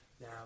Now